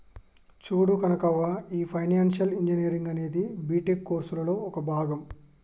చూడు కనకవ్వ, ఈ financial engineering అనేది బీటెక్ కోర్సులలో ఒక భాగం